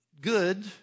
good